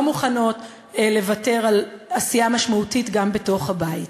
מוכנות לוותר על עשייה משמעותית גם בתוך הבית.